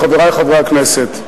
חברי חברי הכנסת,